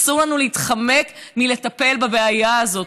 אסור לנו להתחמק מלטפל בבעיה הזאת.